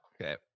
Okay